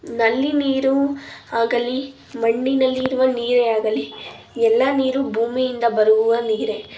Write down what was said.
ನಲ್ಲಿ ನೀರು ಆಗಲಿ ಮಣ್ಣಿನಲ್ಲಿರುವ ನೀರೇ ಆಗಲಿ ಎಲ್ಲ ನೀರು ಭೂಮಿಯಿಂದ ಬರುವ ನೀರೇ